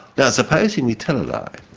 now supposing you tell a lie,